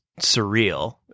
surreal